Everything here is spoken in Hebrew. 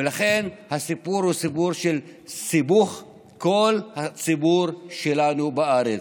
ולכן הסיפור הוא סיפור של סיבוך כל הציבור שלנו בארץ.